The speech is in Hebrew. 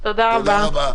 תודה רבה.